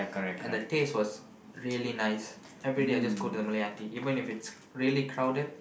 and the taste was really nice everyday I just go to the Malay auntie even if it's really crowded